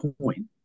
point